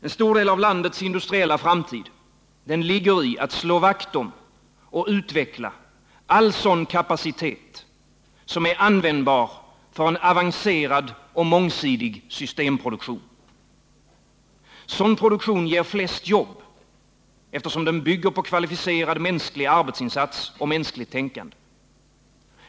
En stor del av landets industriella framtid ligger i att man slår vakt om och utvecklar all sådan kapacitet som är användbar för avancerad och mångsidig systemproduktion. Sådan produktion ger flest jobb, eftersom den bygger på kvalificerad mänsklig arbetsinsats och mänskligt tänkande.